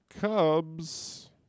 Cubs